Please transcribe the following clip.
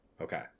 Okay